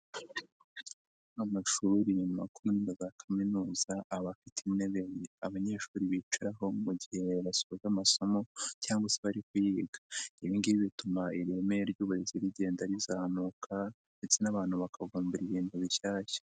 Amashuri makuru na za kaminuza aba afite intebe abanyeshuri bicaraho mu gihe basoje amasomo cyangwa se bari kuyiga, ibi ngibi bituma ireme ry'uburezi rigenda rizamuka ndetse n'abantu bakavumbura ibintu bishyashya.